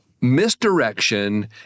Misdirection